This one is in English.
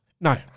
No